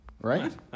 right